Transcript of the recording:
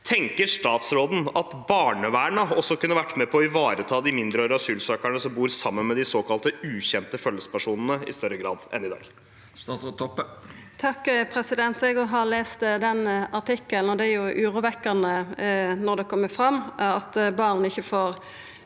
Tenker statsråden at barnevernet kunne vært med på å ivareta de mindreårige asylsøkerne som bor sammen med de såkalt ukjente følgepersonene, i større grad enn i dag? Statsråd Kjersti Toppe Eg har òg lese den artikkelen, og det er urovekkjande når det kjem fram at barn ikkje får